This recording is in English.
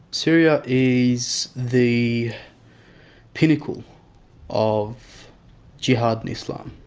syria is the pinnacle of jihad and islam.